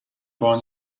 born